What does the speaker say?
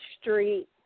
street